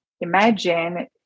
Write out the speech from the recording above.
imagine